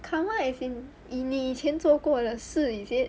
karma as in 你以前做过的事 is it